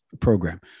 program